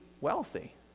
wealthy